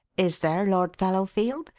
is there, lord fallowfield?